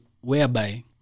whereby